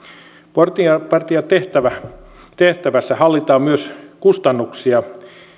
portinvartijatehtävässä hallitaan myös kustannuksia